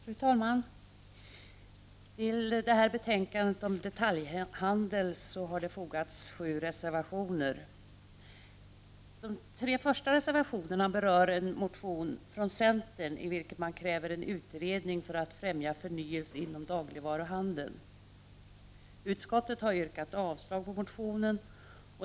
Fru talman! Till det betänkande om detaljhandel som vi nu diskuterar har fogats sju reservationer. De tre första reservationerna berör en motion från centern, i vilken man kräver en utredning för att främja förnyelse inom dagligvaruhandeln. Utskottet har yrkat avslag på motionen.